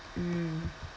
mm